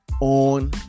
on